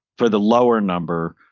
for the lower number,